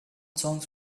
songs